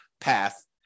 path